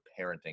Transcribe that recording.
parenting